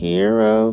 Hero